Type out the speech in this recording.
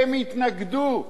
התנגדו.